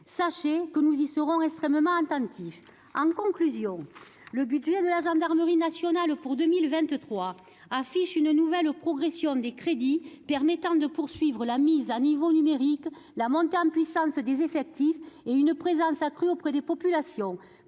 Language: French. que nous serons très attentifs à cette question. En conclusion, le budget de la gendarmerie nationale pour 2023 affiche une nouvelle progression des crédits, permettant de poursuivre la mise à niveau numérique, la montée en puissance des effectifs et une présence accrue auprès des populations.